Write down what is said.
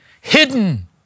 hidden